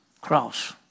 cross